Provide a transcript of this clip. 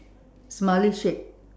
smiley shape